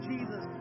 Jesus